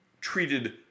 treated